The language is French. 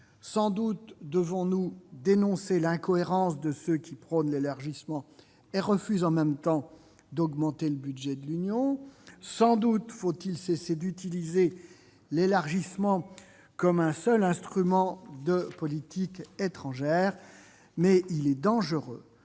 sans doute devons-nous dénoncer l'incohérence de ceux qui prônent l'élargissement et refusent en même temps d'augmenter le budget de l'Union ; sans doute faut-il cesser d'utiliser l'élargissement comme un seul instrument de politique étrangère, mais il est dangereux